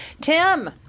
Tim